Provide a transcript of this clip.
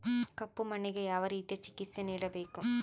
ಕಪ್ಪು ಮಣ್ಣಿಗೆ ಯಾವ ರೇತಿಯ ಚಿಕಿತ್ಸೆ ನೇಡಬೇಕು?